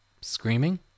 Screaming